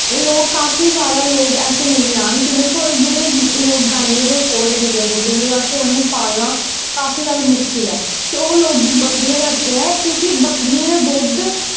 लोग काफी जादा लोग ऐसे मिली जाङ जिंदे कोल जेह्ड़े लोक गाइयें गी ऐफोर्ड निं करी सकदे उं'दे बास्तै उ'नेंगी पालना काफी जादा मुश्कल ऐ ते ओह् लोग बी बक्करियां रखदे ऐं क्योंकि बक्करियें दा दुद्ध